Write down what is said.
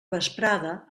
vesprada